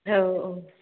औऔ